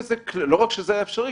לא רק שזה היה אפשרי,